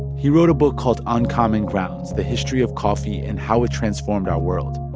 he wrote a book called uncommon grounds the history of coffee and how it transformed our world.